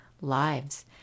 lives